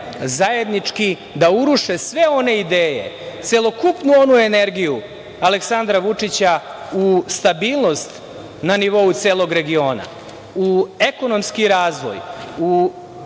zajednički da uruše sve one ideje, celokupnu onu energiju Aleksandra Vučića u stabilnost na nivou celog regiona, u ekonomski razvoj, u